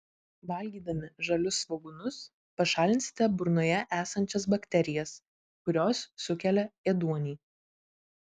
valgydami žalius svogūnus pašalinsite burnoje esančias bakterijas kurios sukelia ėduonį